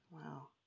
Wow